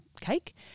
cake